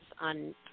on